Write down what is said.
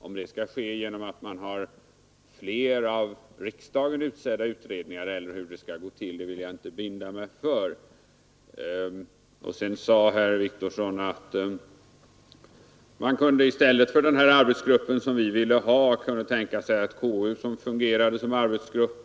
Om det skall ske genom att man har fler av riksdagen utsedda utredningar eller hur det skall gå till vill jag inte binda mig för. Sedan sade herr Wictorsson att i stället för den arbetsgrupp som vi vill ha kunde konstitutionsutskottet fungera som en sådan arbetsgrupp.